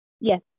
Yes